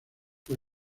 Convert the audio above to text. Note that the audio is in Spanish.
por